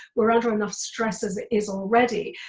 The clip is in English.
we're under enough stress as it is already.